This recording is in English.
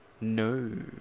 No